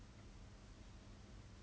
I don't know applying for